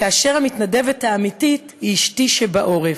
כאשר המתנדבת האמיתית היא אשתי שבעורף,